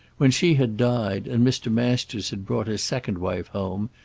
when she had died, and mr. masters had brought a second wife home,